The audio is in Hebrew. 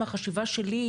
מהחשיבה שלי,